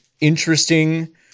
Interesting